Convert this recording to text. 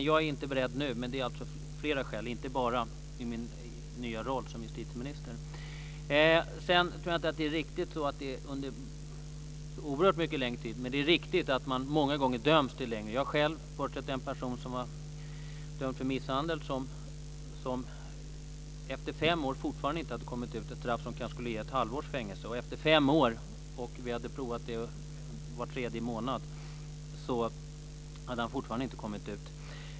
Jag är inte beredd nu. Men det är alltså av flera skäl, inte bara på grund av min nya roll som justitieminister. Sedan tror jag inte att det blir så oerhört mycket längre tid. Men det är riktigt att man många gånger döms till längre påföljd. Jag har själv företrätt en person som var dömd för misshandel och som efter fem år fortfarande inte hade kommit ut. Det var ett brott som kanske skulle ha gett ett halvårs fängelse. Efter fem år, trots att vi hade provat det var tredje månad, hade han fortfarande inte kommit ut.